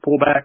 pullback